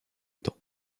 temps